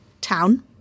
town